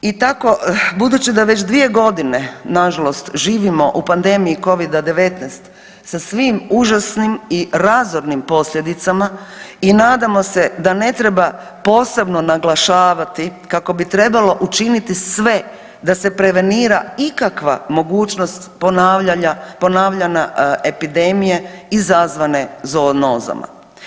I tako budući da već 2.g. nažalost živimo u pandemije Covid-19 sa svim užasnim i razornim posljedicama i nadamo se da ne treba posebno naglašavati kako bi trebalo učiniti sve da se prevenira ikakva mogućnost ponavljanja epidemije izazvane zoonozama.